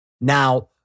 Now